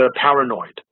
paranoid